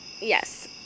Yes